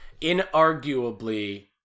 inarguably